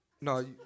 No